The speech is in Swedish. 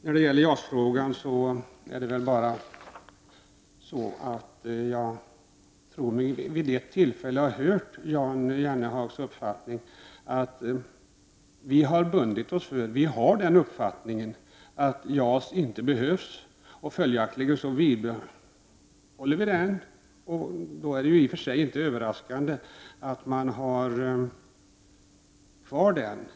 När det gäller JAS-frågan tror jag mig vid ett tillfälle ha hört Jan Jennehags uppfattning att JAS inte behövs och att han och hans parti följaktligen vidhåller detta. Då är det i och för sig inte överraskande att man har kvar sin syn på saken.